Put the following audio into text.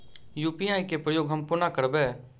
UPI केँ प्रयोग हम कोना करबे?